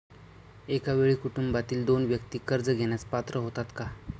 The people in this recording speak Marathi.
एका वेळी कुटुंबातील दोन व्यक्ती कर्ज घेण्यास पात्र होतात का?